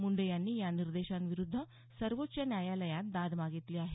मुंडे यांनी या निर्देशांविरुद्ध सर्वोच्च न्यायालयात दाद मागितली आहे